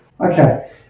Okay